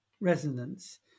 resonance